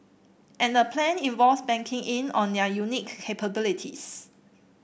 and the plan involves banking in on their unique capabilities